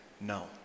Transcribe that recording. no